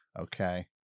Okay